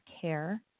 care